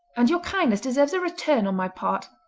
and your kindness deserves a return on my part.